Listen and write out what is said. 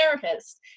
therapist